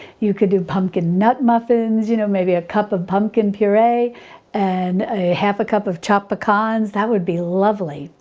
you could do pumpkin nut muffins, you know, maybe a cup of pumpkin puree and a half a cup of chopped pecans. that would be lovely.